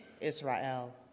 israel